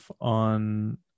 on